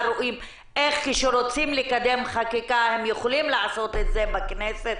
אנחנו רואים איך כשרוצים לקדם חקיקה הם יכולים לעשות את זה בכנסת